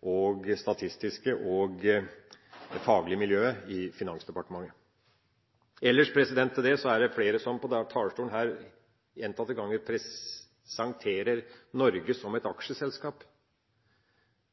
akademiske, statistiske og faglige miljøet i Finansdepartementet. Ellers er det flere som på talerstolen her gjentatte ganger presenterer Norge som et aksjeselskap.